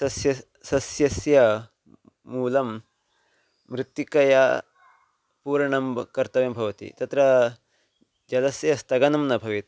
सस्य सस्यस्य मूलं मृत्तिकया पूरणं कर्तव्यं भवति तत्रा जलस्य स्थगनं न भवेत्